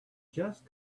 just